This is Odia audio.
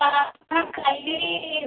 ସାର୍ ଆପଣ କାଲି